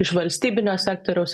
iš valstybinio sektoriaus